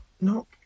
No